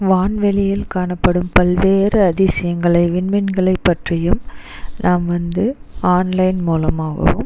வான்வெளியில் காணப்படும் பல்வேறு அதிசியங்களை விண்மீன்களை பற்றியும் நாம் வந்து ஆன்லைன் மூலமாகவும்